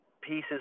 pieces